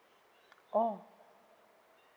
orh